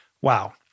Wow